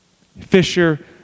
Fisher